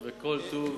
וכל טוב,